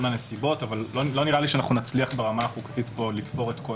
לנסיבות אבל לא נראה לי שאנחנו נצליח כאן ברמה החוקתית לפתור את כל